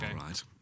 right